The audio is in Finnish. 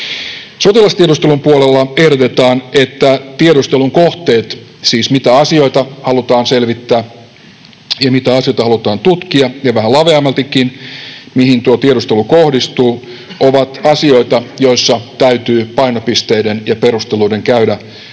Sotilastiedustelun puolella ehdotetaan, että tiedustelun kohteet, siis mitä asioita halutaan selvittää ja mitä asioita halutaan tutkia ja vähän laveammaltikin, mihin tuo tiedustelu kohdistuu, ovat asioita, joissa täytyy painopisteiden ja perusteluiden käydä